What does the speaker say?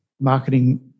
marketing